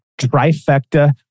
trifecta